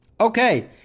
Okay